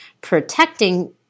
protecting